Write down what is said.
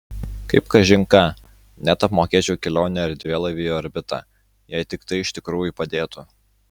kaip kažin ką net apmokėčiau kelionę erdvėlaiviu į orbitą jei tik tai iš tikrųjų padėtų